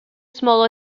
small